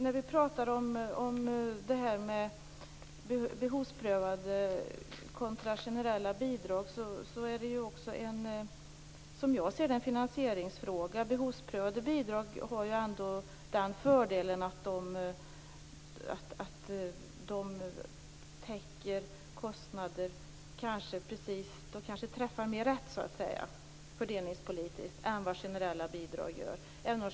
När vi pratar om det här med behovsprövade kontra generella bidrag är det ju som jag ser det också en finansieringsfråga. Behovsprövade bidrag har ju ändå den fördelen att de täcker kostnader; alltså att de kanske träffar mer fördelningspolitiskt rätt än vad generella bidrag gör.